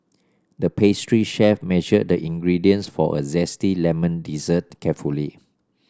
the pastry chef measured the ingredients for a zesty lemon dessert carefully